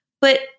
But-